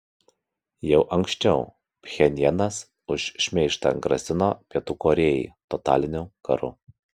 jau anksčiau pchenjanas už šmeižtą grasino pietų korėjai totaliniu karu